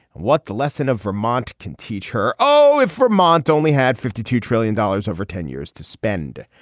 what the lesson of vermont can teach her. oh if vermont only had fifty two trillion dollars over ten years to spend.